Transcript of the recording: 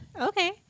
Okay